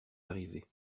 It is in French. arrivé